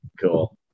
cool